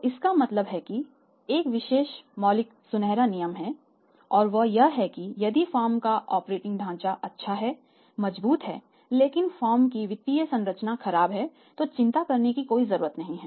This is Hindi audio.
तो इसका मतलब है कि एक विशेष मौलिक सुनहरा नियम है और वह यह है कि यदि फर्म का ऑपरेटिंग ढांचा अच्छा और मजबूत है लेकिन फर्म की वित्तीय संरचना खराब है तो चिंता करने की कोई जरूरत नहीं है